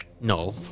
No